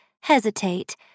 hesitate